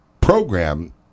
program